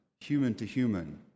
human-to-human